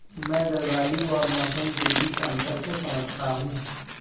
मैं जलवायु और मौसम के बीच अंतर को समझता हूं